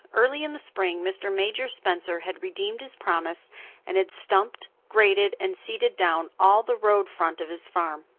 early in the spring mr. major spencer had redeemed his promise and had stumped, graded, and seeded down all the road front of his farm.